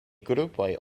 grupoj